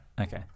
Okay